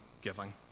giving